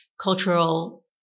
cultural